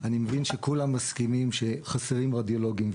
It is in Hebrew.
אני מבין שכולם מסכימים שחסרים רדיולוגים.